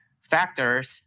factors